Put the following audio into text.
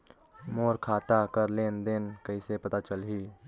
मोर खाता कर लेन देन कइसे पता चलही?